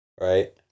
Right